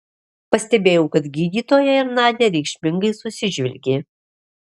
pastebėjau kad gydytoja ir nadia reikšmingai susižvelgė